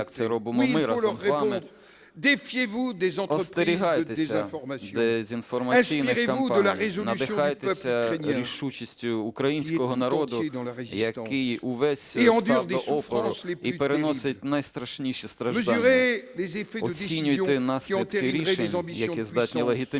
Остерігайтеся дезінформаційних кампаній, надихайтеся рішучістю українського народу, який увесь став до опору і переносить найстрашніші страждання. Оцінюйте наслідки рішень, які здатні легітимізувати